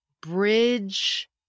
bridge